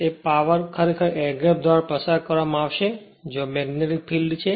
તે પાવર ખરેખર air gap દ્વારા પસાર કરવામાં આવશે જ્યાં મેગ્નેટીક ફિલ્ડ છે